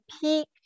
peak